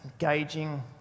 engaging